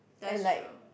and like